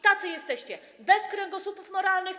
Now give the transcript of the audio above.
Tacy jesteście: bez kręgosłupów moralnych.